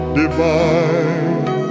divine